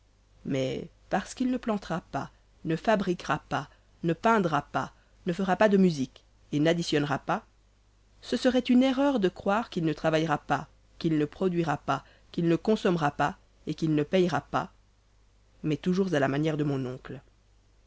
mais parce qu'il ne plantera pas ne fabriquera pas ne peindra pas ne fera pas de musique et n'additionnera pas ce serait une erreur de croire qu'il ne travaillera pas qu'il ne produira pas qu'il ne consommera pas et qu'il ne payera pas mais toujours à la manière de mon oncle